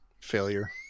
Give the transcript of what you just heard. failure